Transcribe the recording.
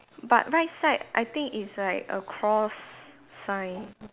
but right side I think it's like a cross sign